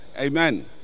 Amen